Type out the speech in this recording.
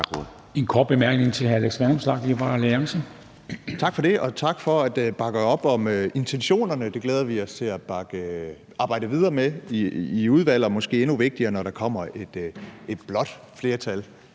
en kort bemærkning til hr. Alex